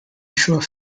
ensure